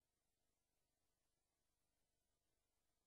תודה.